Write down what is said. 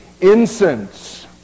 incense